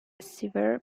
severe